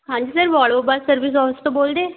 ਹਾਂਜੀ sir Volvo bus service house ਤੋਂ ਬੋਲਦੇ